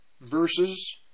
verses